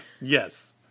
Yes